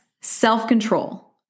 self-control